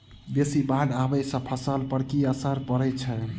बेसी बाढ़ आबै सँ फसल पर की असर परै छै?